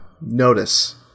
notice